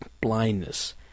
blindness